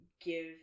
give